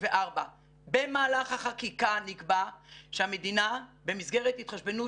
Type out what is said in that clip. במהלך החקיקה נקבע שהמדינה במסגרת התחשבנות